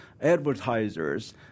advertisers